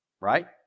Right